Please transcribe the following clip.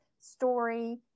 story